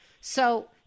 So-